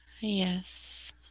Yes